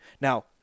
Now